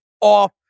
off